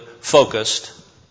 focused